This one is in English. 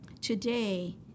Today